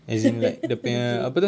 kidding